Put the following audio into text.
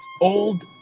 old